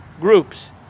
groups